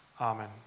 Amen